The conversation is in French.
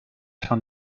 fin